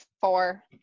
four